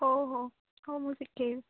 ହଉ ହଉ ହଉ ମୁଁ ଶିଖାଇବି